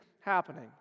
happening